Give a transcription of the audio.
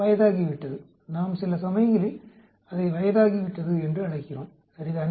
வயதாகிவிட்டது நாம் சில சமயங்களில் அதை வயதாகிவிட்டது என்று அழைக்கிறோம் சரிதானே